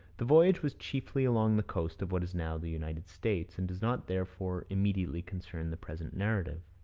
the voyage was chiefly along the coast of what is now the united states, and does not therefore immediately concern the present narrative.